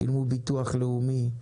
שילמו ביטוח לאומי,